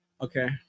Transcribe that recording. okay